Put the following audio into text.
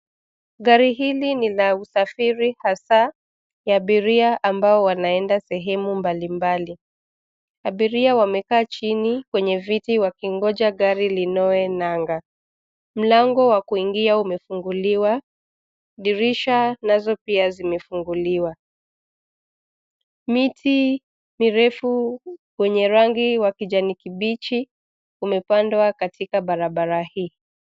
Gari hili ni la usafiri hasa ya abiria ambao wanaenda sehemu mbalimbali. Abiria wamekaa chini kwenye viti wakingoja gari ling'oe nanga. Mlango wa kuingia umefunguliwa, dirisha nazo pia zimefunguliwa. Miti mirefu wenye rangi wa kijani kibichi umepandwa katika barabara hii.